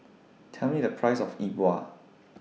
Tell Me The Price of Yi Bua